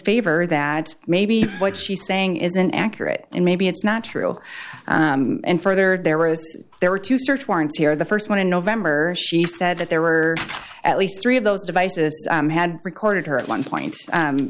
favor that maybe what she's saying isn't accurate and maybe it's not true and further there was there were two search warrants here the st one in november she said that there were at least three of those devices had recorded her at one point